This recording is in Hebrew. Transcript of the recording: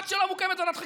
עד שמוקמת ועדת חקירה,